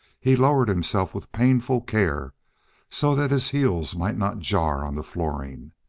he lowered himself with painful care so that his heels might not jar on the flooring.